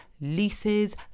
Leases